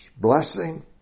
blessing